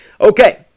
Okay